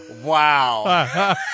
Wow